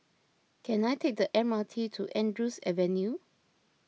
can I take the M R T to Andrews Avenue